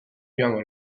joango